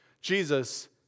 Jesus